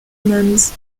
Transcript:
nuns